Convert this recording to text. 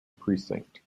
precinct